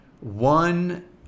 One